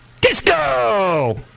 Disco